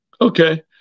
Okay